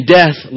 death